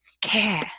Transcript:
care